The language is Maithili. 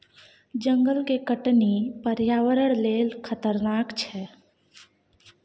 जंगल के कटनी पर्यावरण लेल खतरनाक छै